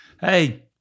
hey